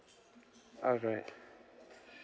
alright